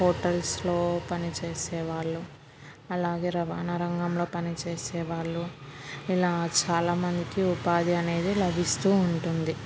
హోటల్స్లో పని చేసేవాళ్ళు అలాగే రవాణా రంగంలో పని చేసేవాళ్ళు ఇలా చాలామందికి ఉపాధి అనేది లభిస్తూ ఉంటుంది